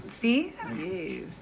See